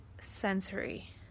sensory